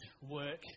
work